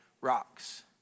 rocks